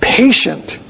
patient